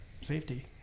safety